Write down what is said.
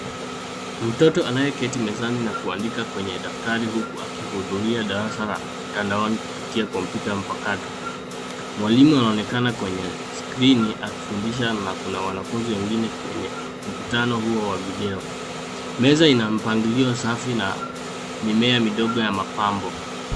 Mtoto anayeketi mezani na kuandika kwenye dafatari huku akihudhuria darasa la mtandaoni kupitia kompyuta mpakato. Mwalimu anaonekana kwenye skrini na kuna wanafunzi wengine kwenye mvutano huo wa video. Meza ina mpangilio safi na mimea midogo ya mapambo.